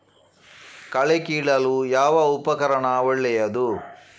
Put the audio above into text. ಕಳೆ ಕೀಳಲು ಯಾವ ಉಪಕರಣ ಒಳ್ಳೆಯದು?